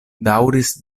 daŭris